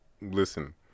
listen